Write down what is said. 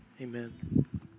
Amen